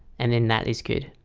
and then that is good.